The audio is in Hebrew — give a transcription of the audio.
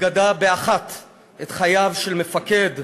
וגדע באחת את חייו של מפקד ומנהיג,